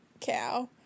cow